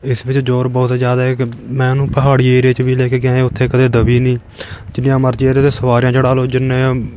ਇਸ ਵਿੱਚ ਜ਼ੋਰ ਬਹੁਤ ਏ ਜ਼ਿਆਦਾ ਏ ਕਿ ਮੈਂ ਉਹਨੂੰ ਪਹਾੜੀ ਏਰੀਆ 'ਚ ਵੀ ਲੈ ਕੇ ਗਿਆ ਏ ਉੱਥੇ ਕਦੇ ਦਬੀ ਨਹੀਂ ਜਿੰਨੀਆਂ ਮਰਜ਼ੀ ਇਹਦੇ 'ਤੇ ਸਵਾਰੀਆਂ ਚੜ੍ਹਾ ਲਓ ਜਿੰਨੇ